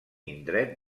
indret